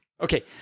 okay